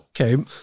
Okay